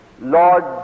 Lord